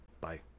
Bye